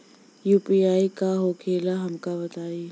UPI का होखेला हमका बताई?